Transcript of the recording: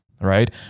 right